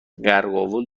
قرقاول